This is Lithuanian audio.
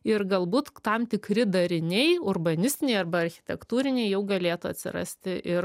ir galbūt tam tikri dariniai urbanistiniai arba architektūriniai jau galėtų atsirasti ir